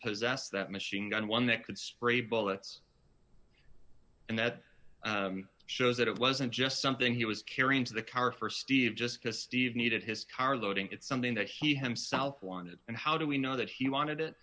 possess that machine gun one that could spray bullets and that shows that it wasn't just something he was carrying to the car for steve just because steve needed his car loading it's something that he himself wanted and how do we know that he wanted it